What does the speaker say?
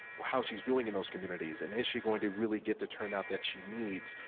how she's doing in those communities and is she going to really get the turnout that she needs.